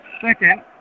second